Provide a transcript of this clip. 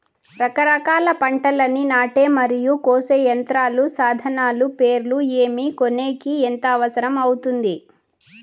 రకరకాల పంటలని నాటే మరియు కోసే యంత్రాలు, సాధనాలు పేర్లు ఏమి, కొనేకి ఎంత అవసరం అవుతుంది?